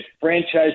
franchise